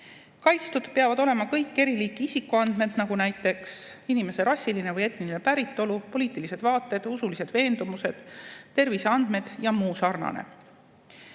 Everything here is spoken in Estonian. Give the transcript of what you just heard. Kaitstud peavad olema kõik eri liiki isikuandmed, näiteks inimese rassiline või etniline päritolu, poliitilised vaated, usulised veendumused, terviseandmed jms.